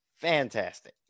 fantastic